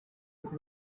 into